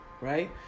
right